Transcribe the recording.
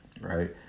right